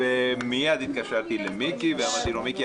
ומייד התקשרתי למיקי ואמרתי לו: מיקי,